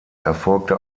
erfolgte